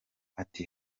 ati